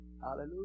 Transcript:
Hallelujah